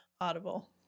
Audible